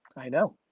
i know.